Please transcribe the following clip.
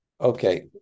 Okay